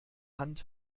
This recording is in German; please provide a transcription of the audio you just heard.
hand